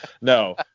No